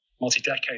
multi-decade